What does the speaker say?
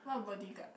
what bodyguard